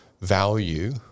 value